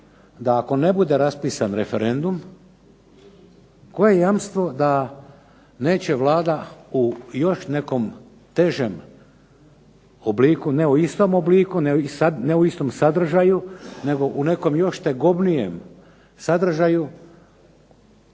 da ako ne bude raspisan referendum, koje je jamstvo da neće Vlada u još nekom težem obliku, ne u istom obliku, ne u istom sadržaju nego u nekom još tegobnijem sadržaju